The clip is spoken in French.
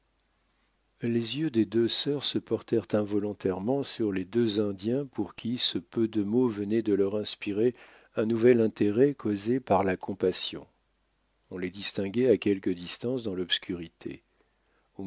les yeux des deux sœurs se portèrent involontairement sur les deux indiens pour qui ce peu de mots venaient de leur inspirer un nouvel intérêt causé par la compassion on les distinguait à quelque distance dans l'obscurité